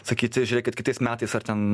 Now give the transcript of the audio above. sakyti žiūrėkit kitais metais ar ten